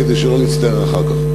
כדי שלא נצטער אחר כך.